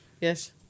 Yes